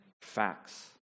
facts